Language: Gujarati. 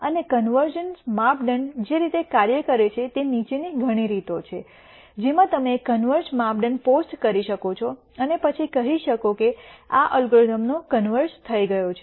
અને કન્વર્જન્સ માપદંડ જે રીતે કાર્ય કરે છે તે નીચેની ઘણી રીતો છે જેમાં તમે એક કન્વર્જન્સ માપદંડ પોસ્ટ કરી શકો છો અને પછી કહી શકો કે આ અલ્ગોરિધમનો કન્વર્ઝ થઈ ગયો છે